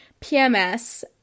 PMS